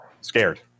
scared